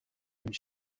نمی